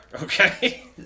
Okay